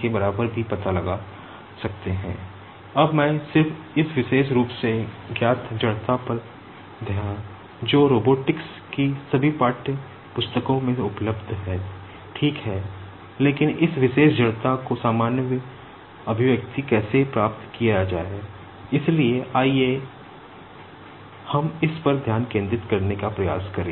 के बराबर भी पता लगा सकते हैं अब मैं सिर्फ इस विशेष रूप से ज्ञात जड़ता पर ध्य जो रोबोटिक्स कैसे प्राप्त की जाए इसलिए आइए हम इस पर ध्यान केंद्रित करने का प्रयास करें